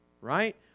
Right